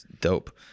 dope